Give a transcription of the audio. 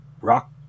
Rock